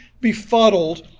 befuddled